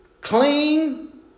clean